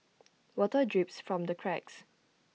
water drips from the cracks